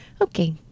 okay